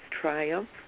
triumph